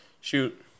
Shoot